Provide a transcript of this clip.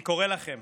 אני קורא לכם